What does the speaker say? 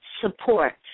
support